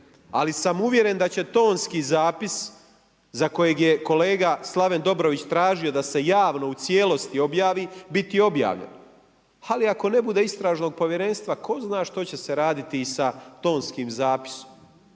Ali sam uvjeren da će tonski zapis za kojeg je kolega Slaven Dobrović tražio da se javno u cijelosti objavi biti objavljen. Ali ako ne bude istražnog povjerenstva tko zna što se raditi i sa tonskim zapisom?